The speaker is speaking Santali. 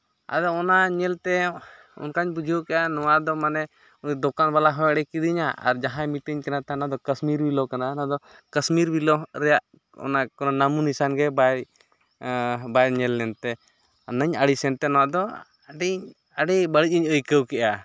ᱟᱨ ᱚᱱᱟ ᱧᱮᱞ ᱛᱮ ᱚᱱᱠᱟᱧ ᱵᱩᱡᱷᱟᱹᱣ ᱠᱮᱜᱼᱟ ᱱᱚᱣᱟ ᱫᱚ ᱢᱟᱱᱮ ᱩᱱᱤ ᱫᱚᱠᱟᱱ ᱵᱟᱞᱟ ᱦᱚᱸᱭ ᱮᱲᱮ ᱠᱤᱫᱤᱧᱟ ᱟᱨ ᱡᱟᱦᱟᱸᱭ ᱢᱤᱛᱟᱹᱧ ᱠᱟᱱᱟ ᱚᱱᱟᱫᱚ ᱠᱟᱥᱢᱤᱨ ᱵᱤᱞᱳ ᱠᱟᱱᱟ ᱚᱱᱟ ᱫᱚ ᱠᱟᱥᱢᱤᱨ ᱵᱤᱞᱳ ᱨᱮᱭᱟᱜ ᱚᱱᱟ ᱵᱟᱭ ᱧᱮᱞ ᱞᱮᱱᱛᱮ ᱚᱱᱟᱧ ᱟᱹᱲᱤᱥᱮᱱ ᱛᱮ ᱱᱚᱣᱟ ᱫᱚ ᱟᱹᱰᱤ ᱟᱹᱰᱤ ᱵᱟᱹᱲᱤᱡ ᱤᱧ ᱟᱹᱭᱠᱟᱹᱣ ᱠᱮᱜᱼᱟ